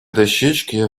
дощечке